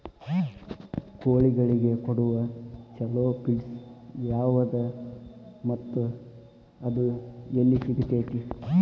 ಕೋಳಿಗಳಿಗೆ ಕೊಡುವ ಛಲೋ ಪಿಡ್ಸ್ ಯಾವದ ಮತ್ತ ಅದ ಎಲ್ಲಿ ಸಿಗತೇತಿ?